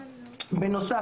בנוסף,